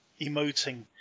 emoting